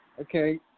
Okay